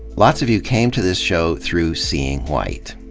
lots of you came to this show through seeing white.